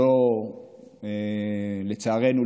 לצערנו,